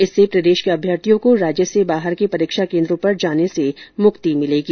इससे प्रदेश के अभ्यर्थियों को राज्य से बाहर के परीक्षा केन्द्रों पर जाने से मुक्ति मिलेगी